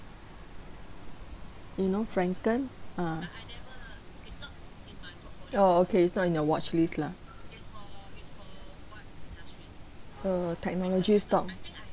you know Frencken ah oh okay it's not in your watch list lah err technology stocks